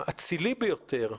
האצילי ביותר,